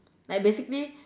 like basically